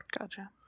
Gotcha